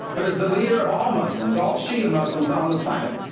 but as the leader of all muslims all shia muslims on the planet.